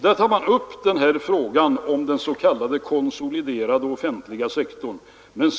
Där tas upp frågan om den s.k. konsoliderade offentliga sektorn.